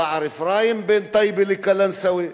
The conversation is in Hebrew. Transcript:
שער-אפרים בין טייבה לקלנסואה,